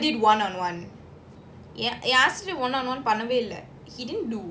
my teacher never did one on one ask one on one பண்ணவேஇல்ல:pannave illa he didn't do